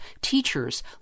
teachers